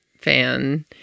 fan